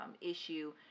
issue